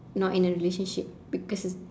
not in a relationship because it's